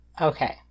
Okay